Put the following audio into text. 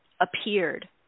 appeared